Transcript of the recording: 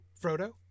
Frodo